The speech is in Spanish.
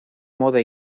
moda